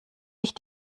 ich